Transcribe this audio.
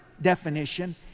definition